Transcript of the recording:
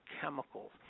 chemicals